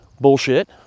bullshit